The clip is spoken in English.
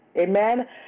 Amen